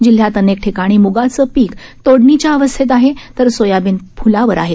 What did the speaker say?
जिल्ह्यात अनेक ठिकाणी म्गाचं पीक तोडणीच्या अवस्थेत आहे तर सोयाबीन फुलावर आहे